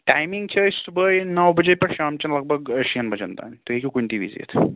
timing چھِ أسۍ صُبحٲے نو بجے پیٹھ شامچَن لگ بگ شین بَجَن تام تُہۍ ہیٚکِو کُنہِ تہِ وِزِ یِتھ